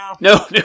no